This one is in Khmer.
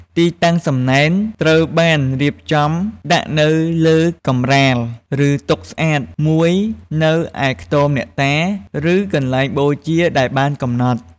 ទីតាំង សំណែនត្រូវបានរៀបចំដាក់នៅលើកម្រាល ឬតុស្អាតមួយនៅឯខ្ទមអ្នកតា ឬកន្លែងបូជាដែលបានកំណត់។